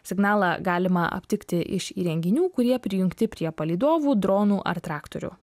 signalą galima aptikti iš įrenginių kurie prijungti prie palydovų dronų ar traktorių